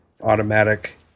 automatic